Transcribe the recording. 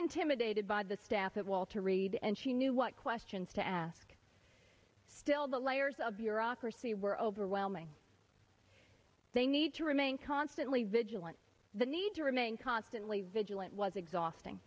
intimidated by the staff at walter reed and she knew what questions to ask still the layers of bureaucracy were overwhelming they need to remain constantly vigilant the need to remain constantly vigilant was exhausting